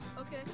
Okay